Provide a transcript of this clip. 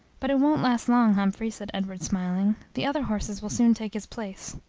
but it won't last long, humphrey, said edward, smiling the other horses will soon take his place.